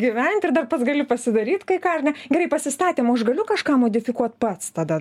gyvent ir dar pats gali pasidaryt kai ką ar ne gerai pasistatėm o aš galiu kažką modifikuot pats tada